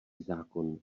zákon